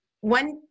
one